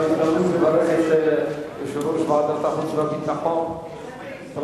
אני מתכבד להביא בפני הכנסת לקריאה שנייה